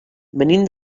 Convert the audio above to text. venim